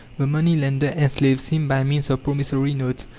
the money-lender enslaves him by means of promissory notes,